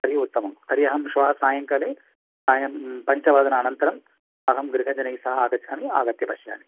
तर्हि उत्तमं तर्हि अहं श्वः सायङ्काले सायं पञ्चवादनानन्तरं अहं गृहजनैः सह आगच्छामि आगत्य पश्यामि